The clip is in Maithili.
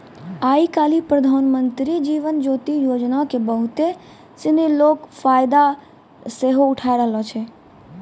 आइ काल्हि प्रधानमन्त्री जीवन ज्योति योजना के बहुते सिनी लोक फायदा सेहो उठाय रहलो छै